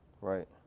Right